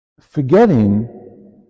Forgetting